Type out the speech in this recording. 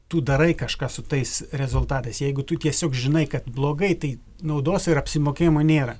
tu darai kažką su tais rezultatais jeigu tu tiesiog žinai kad blogai tai naudos ir apsimokėjimo nėra